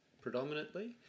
predominantly